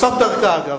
בסוף דרכה, אגב.